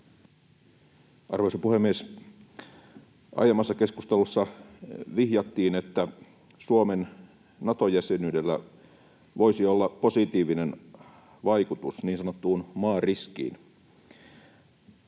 Arvoisa puhemies! Aiemmassa keskustelussa vihjattiin, että Suomen Nato-jäsenyydellä voisi olla positiivinen vaikutus niin sanottuun maariskiin,